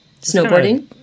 Snowboarding